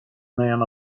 man